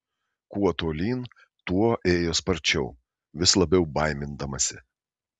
kuo tolyn tuo ėjo sparčiau vis labiau baimindamasi